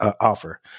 offer